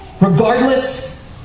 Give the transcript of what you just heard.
Regardless